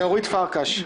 אורית פרקש,